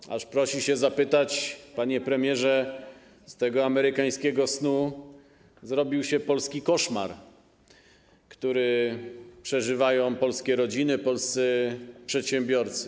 Dzisiaj trzeba o to zapytać, panie premierze, bo z tego amerykańskiego snu zrobił się polski koszmar, który przeżywają polskie rodziny, polscy przedsiębiorcy.